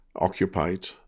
occupied